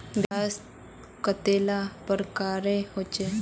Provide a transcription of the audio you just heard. ब्याज कतेला प्रकारेर होचे?